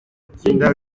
itsinda